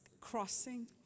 crossing